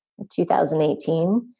2018